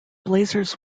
blazers